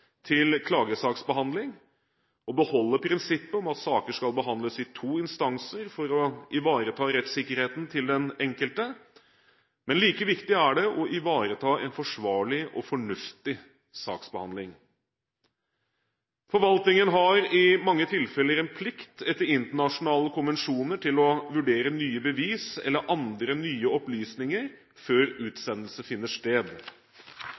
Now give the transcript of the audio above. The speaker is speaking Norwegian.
til klagesaksbehandling og beholde prinsippet om at saker skal behandles i to instanser for å ivareta rettssikkerheten til den enkelte, men like viktig er det å ivareta en forsvarlig og fornuftig saksbehandling. Forvaltningen har i mange tilfeller en plikt etter internasjonale konvensjoner til å vurdere nye bevis eller andre nye opplysninger før utsendelse finner sted.